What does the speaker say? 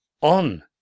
On